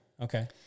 Okay